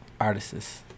Artists